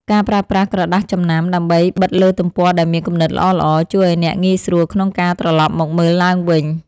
ការប្រើប្រាស់ក្រដាសចំណាំ ដើម្បីបិទលើទំព័រដែលមានគំនិតល្អៗ ជួយឱ្យអ្នកងាយស្រួលក្នុងការត្រឡប់មកមើលឡើងវិញ។